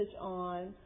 on